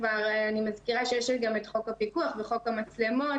אני מזכירה שיש גם את חוק הפיקוח וחוק המצלמות,